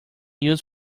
used